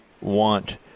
want